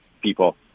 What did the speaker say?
people